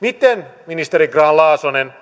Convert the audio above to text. miten ministeri grahn laasonen